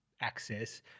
access